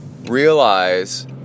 realize